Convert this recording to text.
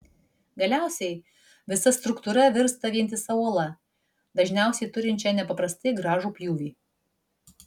galiausiai visa struktūra virsta vientisa uola dažniausiai turinčia nepaprastai gražų pjūvį